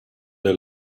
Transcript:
they